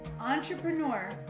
entrepreneur